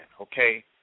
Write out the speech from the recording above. Okay